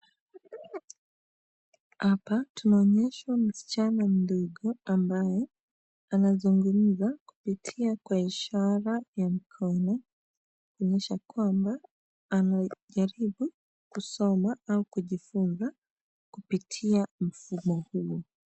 Hapa tunaonyeshwa msichana mdogo ambaye anazungumza kupitia kwa ishara ya mkono kuonyesha kwamba anajaribu kusoma au kujifunza kupitia mfumo huo.